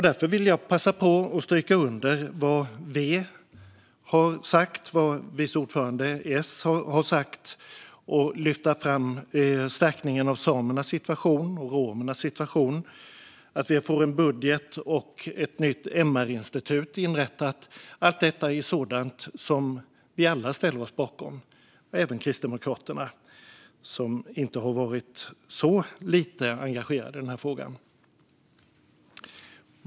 Därför vill jag passa på att stryka under vad V har sagt och vad vice ordföranden i S har sagt, det vill säga lyfta fram förstärkningen av samernas och romernas situation samt att ett nytt MR-institut ska inrättas. Vi ställer oss alla bakom detta, även Kristdemokraterna - som inte har varit så lite engagerade i frågan.